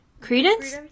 Credence